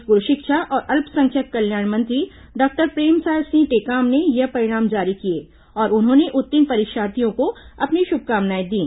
school शिक्षा और अल्पसंख्यक कल्याण मंत्री डॉक्टर प्रेमसाय सिंह टेकाम ने ये परिणाम जारी किए और उन्होंने उत्तीर्ण परीक्षार्थियों को अपनी शुभकामनाएं दीं